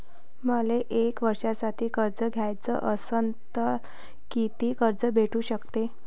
मले एक वर्षासाठी कर्ज घ्याचं असनं त कितीक कर्ज भेटू शकते?